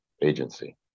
agency